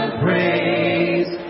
praise